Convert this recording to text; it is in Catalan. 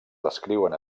descriuen